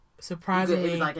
surprisingly